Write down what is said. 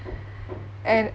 and